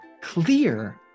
clear